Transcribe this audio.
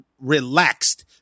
relaxed